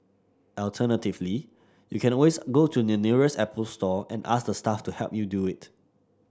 alternatively you can always go to your nearest Apple Store and ask the staff to help you do it